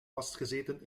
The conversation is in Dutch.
vastgezeten